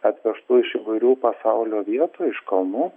atvežtų iš įvairių pasaulio vietų iš kalnų